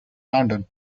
london